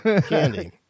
Candy